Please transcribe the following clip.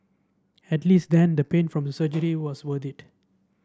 at least then the pain from the surgery was worth it